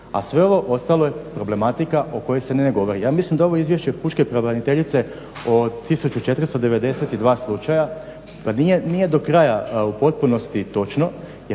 a sve ovo ostalo je problematika o kojoj se ne govori. Ja mislim da ovo izvješće pučke pravobraniteljice o 1492 slučaja nije do kraja u potpunosti točno